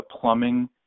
plumbing